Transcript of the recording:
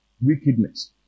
Wickedness